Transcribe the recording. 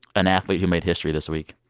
an athlete who made history this week